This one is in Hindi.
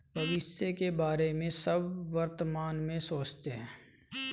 भविष्य के बारे में सब वर्तमान में सोचते हैं